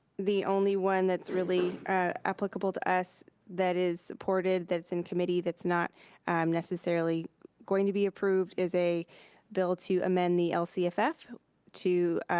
the only one that's really applicable to us that is supported, that's in committee, that's not um necessarily going to be approved, is a bill to amend the lcff to